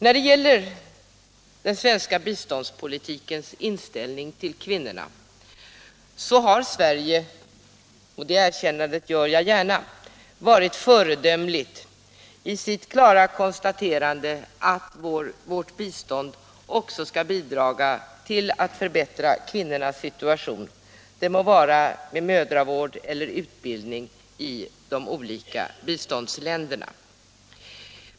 När det gäller den svenska biståndspolitikens inställning till kvinnorna har Sverige — det erkännandet gör jag gärna — varit föredömligt i sitt klara konstaterande att vårt bistånd också skall bidra till att förbättra kvinnornas situation, det må vara genom mödravård eller utbildning, i de olika biståndsländerna.